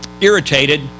irritated